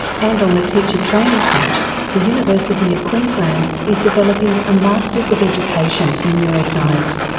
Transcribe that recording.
and on the teacher training front the university of queensland is developing a masters of education in neuroscience.